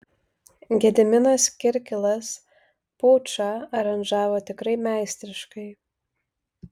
gediminas kirkilas pučą aranžavo tikrai meistriškai